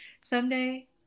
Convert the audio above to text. Someday